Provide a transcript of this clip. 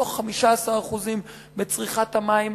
לחסוך 15% מצריכת המים